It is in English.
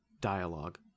dialogue